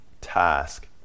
task